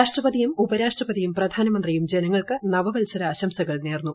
രാഷ്ട്രപതിയും ഉപരാഷ്ട്രപതിയും പ്രധാനമന്ത്രിയും ജനങ്ങൾക്ക് നവവത്സര ആശംസകൾ നേർന്നു